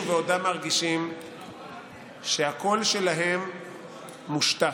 שהקול שלהם מושתק.